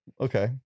Okay